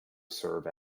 serve